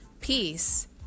Peace